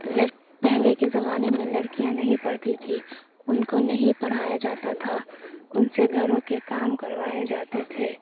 لڑ پہلے کے زمانے میں لڑکیاں نہیں پڑھتی تھیں ان کو نہیں پڑھایا جاتا تھا ان سے گھروں کے کام کروائے جاتے تھے